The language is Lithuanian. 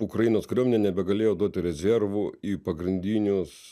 ukrainos kariuomenė nebegalėjo duoti rezervų į pagrindinius